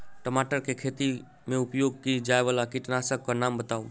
टमाटर केँ खेती मे उपयोग की जायवला कीटनासक कऽ नाम बताऊ?